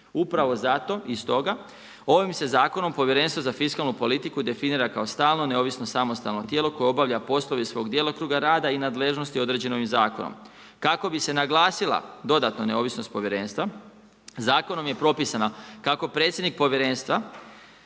Upravo zato i stoga ovim se zakonom Povjerenstvo za fiskalnu politiku definira kao stalno, neovisno, samostalno tijelo koje obavlja poslove svog djelokruga rada i nadležnosti određene ovim zakonom. Kako bise naglasila dodatna neovisnost povjerenstva, zakonom je propisana kako predsjednik povjerenstva